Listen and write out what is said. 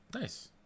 nice